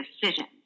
decisions